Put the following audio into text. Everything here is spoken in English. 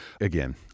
again